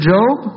Job